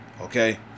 Okay